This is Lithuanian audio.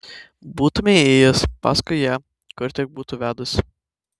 būtumei ėjęs paskui ją kur tik būtų vedusi